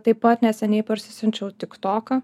taip pat neseniai parsisiunčiau tik toką